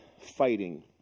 fighting